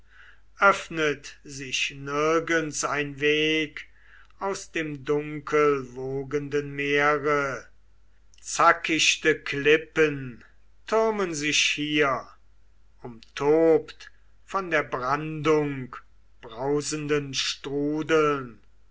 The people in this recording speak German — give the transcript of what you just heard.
öffnet sich nirgends ein weg aus dem dunkelwogenden meere zackichte klippen türmen sich hier umtobt von der brandung brausenden strudeln